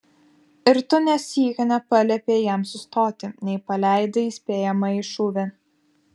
ir tu nė sykio nepaliepei jam sustoti nei paleidai įspėjamąjį šūvį